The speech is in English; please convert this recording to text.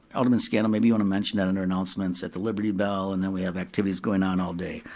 alderman scannell, maybe you wanna mention that under announcements at the liberty bell, and then we have activities going on all day.